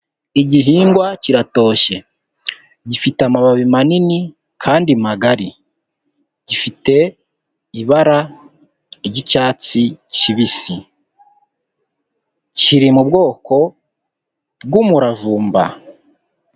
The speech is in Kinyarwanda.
Igihingwa kiratoshye, gifite amababi manini kandi magari, gifite ibara ry'icyatsi kibisi, kiri mu bwoko bw'umuravumba.